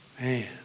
Man